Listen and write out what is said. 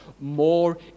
more